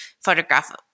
photograph